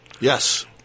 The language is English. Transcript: Yes